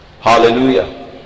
Hallelujah